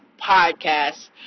podcast